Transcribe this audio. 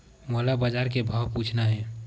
मोला बजार के भाव पूछना हे?